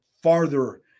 farther